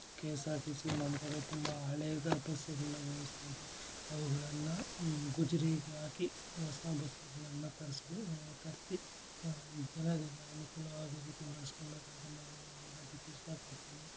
K S R T C ನಮ್ಮ ಕಡೆ ತುಂಬ ಹಳೇ ಬಸ್ಸುಗಳ ವ್ಯವಸ್ಥೆ ಇದೆ ಅವುಗಳನ್ನು ಗುಜರೀಗೆ ಹಾಕಿ ಹೊಸ ಬಸ್ಸುಗಳನ್ನು ತರ್ಸಬೇ ತರಿಸಿ ಜನರಿಗೆ ಅನುಕೂಲವಾಗೋ ರೀತಿಲಿ ನಡೆಸ್ಕೋಬೇಕಂತ ನಾನು ಹೇಳದಕ್ ಇಷ್ಟಪಡ್ತೀನಿ